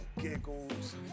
Giggles